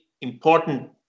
important